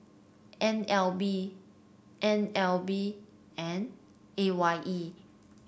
N L B N L B and A Y E